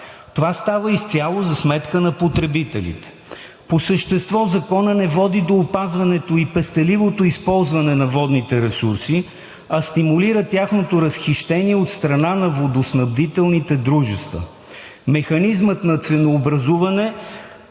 Това става изцяло за сметка на потребителите. По същество законът не води до опазването и пестеливото използване на водните ресурси, а стимулира тяхното разхищение от страна на водоснабдителните дружества. Механизмът на ценообразуване